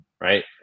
right